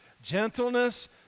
gentleness